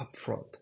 upfront